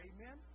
Amen